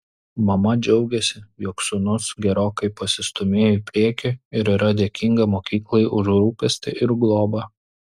mama džiaugiasi jog sūnus gerokai pasistūmėjo į priekį ir yra dėkinga mokyklai už rūpestį ir globą